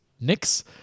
Nix